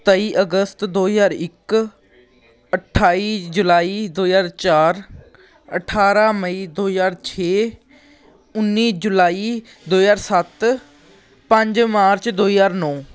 ਤੇਈ ਅਗਸਤ ਦੋ ਹਜ਼ਾਰ ਇੱਕ ਅਠਾਈ ਜੁਲਾਈ ਦੋ ਹਜ਼ਾਰ ਚਾਰ ਅਠਾਰਾਂ ਮਈ ਦੋ ਹਜ਼ਾਰ ਛੇ ਉੱਨੀ ਜੁਲਾਈ ਦੋ ਹਜ਼ਾਰ ਸੱਤ ਪੰਜ ਮਾਰਚ ਦੋ ਹਜ਼ਾਰ ਨੌਂ